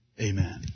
Amen